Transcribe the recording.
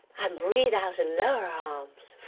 and breath out and lower our arms.